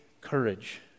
courage